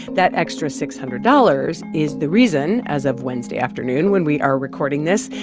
that extra six hundred dollars is the reason, as of wednesday afternoon when we are recording this,